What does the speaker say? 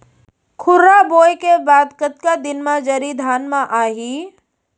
खुर्रा बोए के बाद कतका दिन म जरी धान म आही?